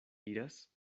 iras